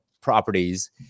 properties